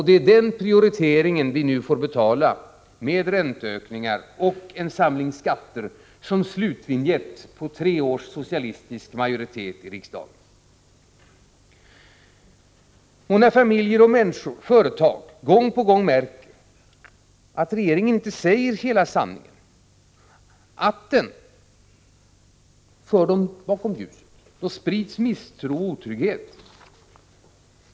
Det är den prioriteringen vi nu får betala med räntehöjningar och en samling skatter som slutvinjett på tre års socialistisk majoritet i riksdagen. När familjer och företag gång på gång märker att regeringen inte säger hela sanningen, att den för dem bakom ljuset, sprids misstro och otrygghet.